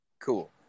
Cool